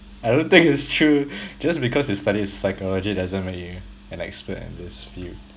I don't think that's true just because you studied psychology doesn't make you an expert in this field